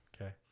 Okay